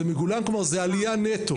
זה מגולם, כלומר, זאת עלייה נטו.